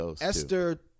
Esther